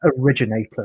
originator